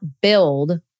build